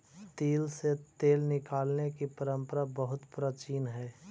तिल से तेल निकालने की परंपरा बहुत प्राचीन हई